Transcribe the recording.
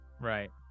Right